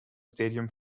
stadium